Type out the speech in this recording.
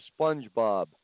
SpongeBob